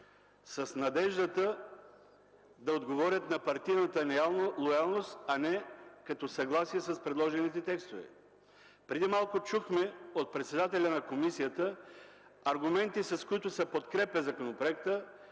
с надеждата да отговорят на партийната лоялност, а не като съгласие с предложените текстове. Преди малко чухме от председателя на комисията аргументи, с които се подкрепя законопроектът.